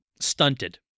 stunted